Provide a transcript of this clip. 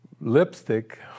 lipstick